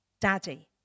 Daddy